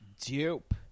dupe